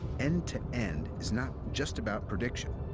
end to end is not just about prediction.